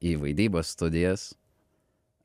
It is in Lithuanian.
į vaidybos studijas